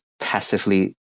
passively